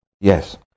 yes